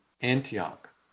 Antioch